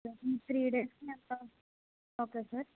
three డేస్కి ఎంత okay sir